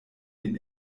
den